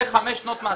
זה חמש שנות מאסר.